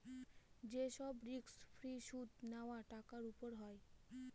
যে সব risk free সুদ নেওয়া টাকার উপর হয়